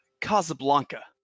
Casablanca